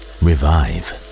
revive